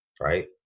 right